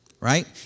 Right